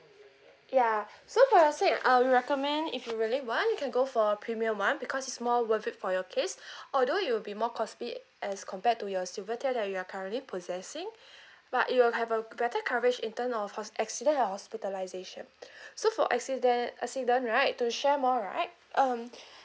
ya so for your case I'll recommend if you really want you can go for premium one because is more worth it for your case although you'll be more costly as compared to your silver tier that you are currently possessing but you will have a better coverage in term of hos~ accident and hospitalization so for acciden~ accident right to share more right um